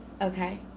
okay